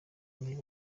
niba